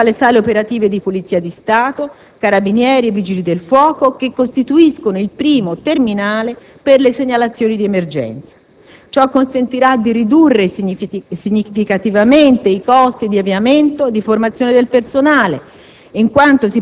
Mi riferisco alle sale operative di Polizia di Stato, Carabinieri e Vigili del fuoco, che costituiscono il primo terminale per le segnalazioni di emergenza. Ciò consentirà di ridurre significativamente i costi di avviamento e di formazione del personale,